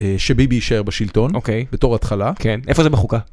‫אה, שביבי יישאר בשלטון, אוקיי, בתור התחלה. כן. איפה זה בחוקה?